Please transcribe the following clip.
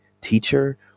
teacher